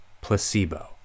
placebo